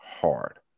hard